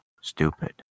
stupid